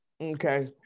Okay